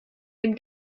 dem